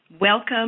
Welcome